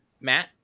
Matt